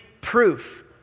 proof